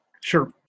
Sure